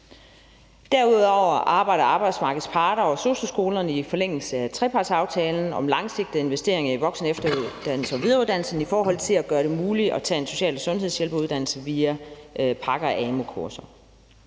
Derudover arbejder arbejdsmarkedets parter og sosu-skolerne i forlængelse af trepartsaftalen om langsigtede investeringer i voksenefteruddannelse og videreuddannelse i forhold til at gøre det muligt at tage en social- og sundhedshjælperuddannelse via pakker og amu-kurser. Det